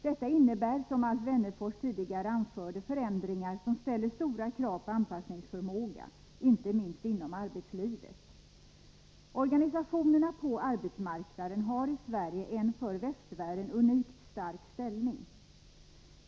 Detta innebär, som Alf Wennerfors nyss anfört, förändringar som ställer stora krav på anpassningsförmåga, inte minst inom arbetslivet. Organisationerna på arbetsmarknaden har i Sverige en för västvärlden unikt stark ställning.